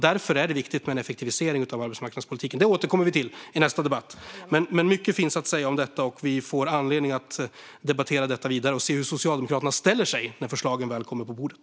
Därför är det viktigt med en effektivisering av arbetsmarknadspolitiken. Det kommer vi att återkomma till i nästa debatt! Mycket finns att säga om detta, och vi kommer att få anledning att debattera vidare och se hur Socialdemokraterna ställer sig när förslagen väl kommer på bordet.